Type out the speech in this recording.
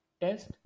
test